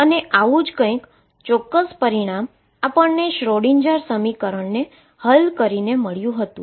અને આવુ જ કઈક ચોક્કસ પરિણામ આપણને શ્રોડિંજરSchrödinger સમીકરણને હલ કરીને મળ્યું હતુ